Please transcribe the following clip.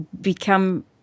become